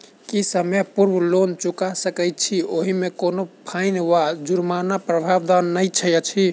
की समय पूर्व लोन चुका सकैत छी ओहिमे कोनो फाईन वा जुर्मानाक प्रावधान तऽ नहि अछि?